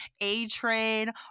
A-Train